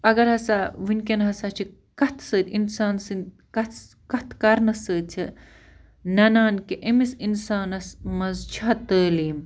اگر ہسا وُنکٮ۪ن ہسا چھِ کَتھِ سۭتۍ اِنسان سٕندۍ کَتھِ سٔہ کَتھٕ کَرنہٕ سۭتۍ چھِ نَنان کہِ أمِس اِنسانَس منٛز چھا تعلیٖم